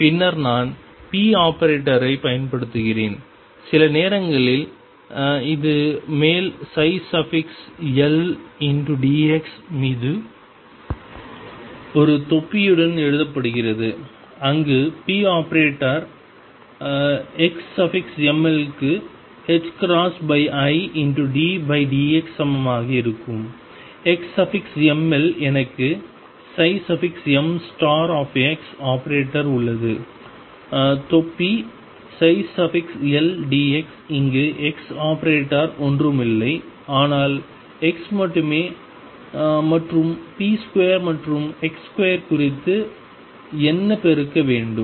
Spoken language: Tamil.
பின்னர் நான் p ஆபரேட்டரைப் பயன்படுத்துகிறேன் சில நேரங்களில் இது மேல் ldx மீது ஒரு தொப்பியுடன் எழுதப்படுகிறது அங்கு p ஆபரேட்டர் xml க்கு iddx சமமாக இருக்கும் xml எனக்கு m ஆபரேட்டர் உள்ளது தொப்பி ldx இங்கு x ஆபரேட்டர் ஒன்றுமில்லை ஆனால் x மட்டுமே மற்றும் p2 மற்றும் x2 குறித்து என்ன பெருக்க வேண்டும்